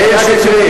מאיר שטרית.